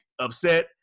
upset